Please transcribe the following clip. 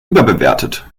überbewertet